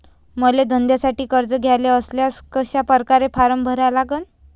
मले धंद्यासाठी कर्ज घ्याचे असल्यास कशा परकारे फारम भरा लागन?